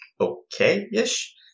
okay-ish